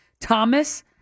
Thomas